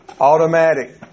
Automatic